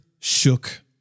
shook